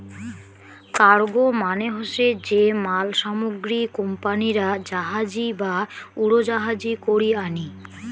cargo মানে হসে যে মাল সামগ্রী কোম্পানিরা জাহাজী বা উড়োজাহাজী করি আনি